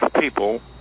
people